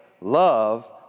love